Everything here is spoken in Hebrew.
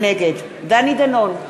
נגד דני דנון,